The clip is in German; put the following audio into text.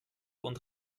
und